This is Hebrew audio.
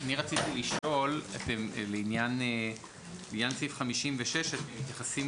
אני רציתי לשאול לעניין סעיף 56. אתם מתייחסים